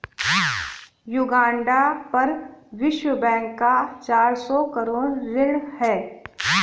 Uganda पर विश्व bank का चार सौ करोड़ ऋण है